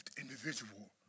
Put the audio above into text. individual